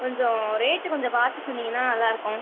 கொஞ்சம் ரேட்டு கொஞ்சம் பார்த்து சொன்னீங்கனால் நல்லாயிருக்கும்